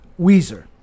Weezer